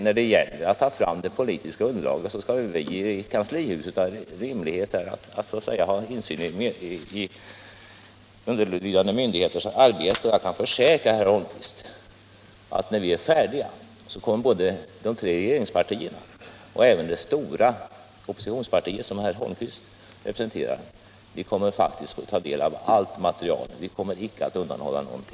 När det gäller att ta fram det politiska underlaget skall väl vi i kanslihuset ha rätt att ha insyn i underlydande myndigheters arbete. Jag kan försäkra herr Holmqvist att både de tre regeringspartierna och även det stora oppositionspartiet, som herr Holmqvist representerar, kommer att få ta del av allt material när vi är färdiga. Vi kommer icke att undanhålla någonting.